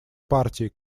партии